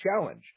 challenge